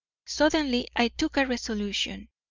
suddenly i took a resolution.